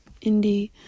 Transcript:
indie